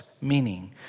meaning